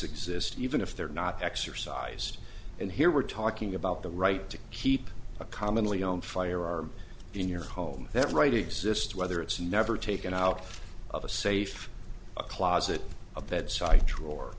exist even if they're not exercised and here we're talking about the right to keep a commonly own firearm in your home that right exists whether it's never taken out of a safe a closet a bedside drawer